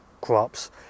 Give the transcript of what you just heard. crops